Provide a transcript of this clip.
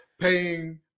paying